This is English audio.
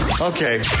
Okay